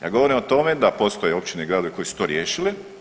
Ja govorim o tome da postoje općine i gradovi koji su to riješili.